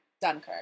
Dunkirk